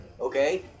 Okay